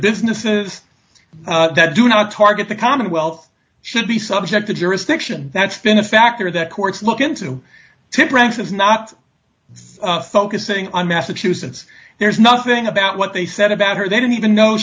businesses that do not target the commonwealth should be subject to jurisdiction that's been a factor that courts look into to branches not focusing on massachusetts there's nothing about what they said about her they didn't even know